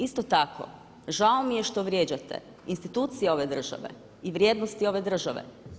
Isto tako žao mi je što vrijeđate institucije ove države i vrijednosti ove države.